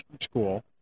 school